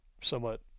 somewhat